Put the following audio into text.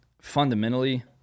Fundamentally